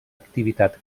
activitat